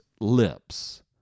lips